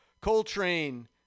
Coltrane